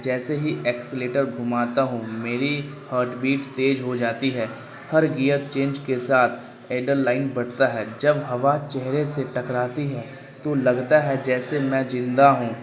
جیسے ہی ایکسیلیٹر گھماتا ہوں میری ہارٹ بیٹ تیز ہو جاتی ہے ہر گیئر چینج کے ساتھ ایڈرنلائن بڑھتا ہے جب ہوا چہرے سے ٹکڑاتی ہے تو لگتا ہے جیسے میں زندہ ہوں